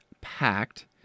packed